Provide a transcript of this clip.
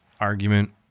argument